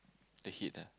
the heat ah